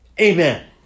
Amen